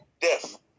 death